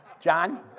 John